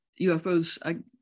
UFOs